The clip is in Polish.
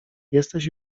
jesteś